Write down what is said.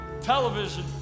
television